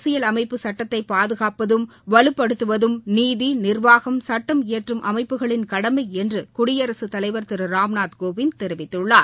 அரசியல் அமைப்பு சுட்டத்தை பாதுகாப்பதும் வலுப்படுத்துவதும் நீதி நிர்வாகம் சுட்டம் இயற்றம் அமைப்புகளின் கடமை என்று குடியரசு தலைவர் திரு ராம்நாத் கோவிந்த் தெரிவித்துள்ளார்